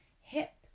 hip